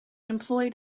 employed